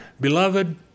Beloved